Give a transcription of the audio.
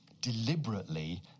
deliberately